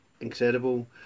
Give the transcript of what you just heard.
incredible